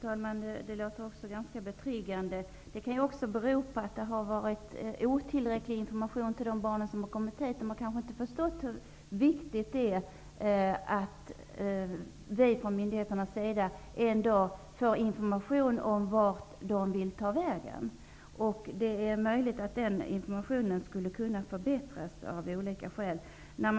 Herr talman! Det låter ganska betryggande. Det kan också bero på otillräcklig information till de barn som kommit hit. De har kanske inte förstått hur viktigt det är att myndigheterna får veta vart de tar vägen. Det är möjligt att sådan information skulle kunna förbättras.